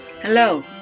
Hello